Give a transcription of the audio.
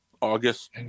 August